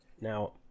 Now